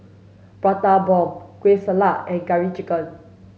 Prata Bomb Kueh Salat and curry chicken